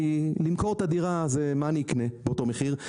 כי למכור את הדירה מה אני אקנה באותו מחיר?